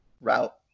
route